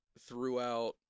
throughout